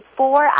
four